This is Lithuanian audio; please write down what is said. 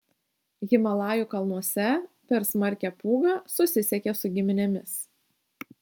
himalajų kalnuose per smarkią pūgą susisiekė su giminėmis